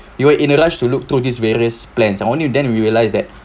you were in a rush to look through this various plans and only then we realised that